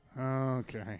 Okay